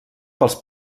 pels